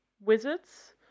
wizards